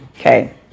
okay